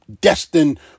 Destined